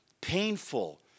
painful